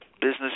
business